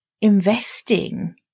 investing